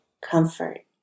comfort